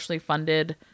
funded